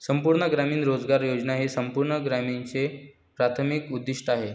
संपूर्ण ग्रामीण रोजगार योजना हे संपूर्ण ग्रामीणचे प्राथमिक उद्दीष्ट आहे